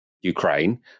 Ukraine